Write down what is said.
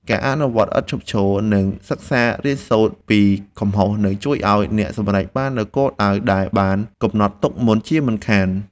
ការអនុវត្តឥតឈប់ឈរ និងសិក្សារៀនសូត្រពីកំហុសនឹងជួយឱ្យអ្នកសម្រេចបាននូវគោលដៅដែលបានកំណត់ទុកមុនជាមិនខាន។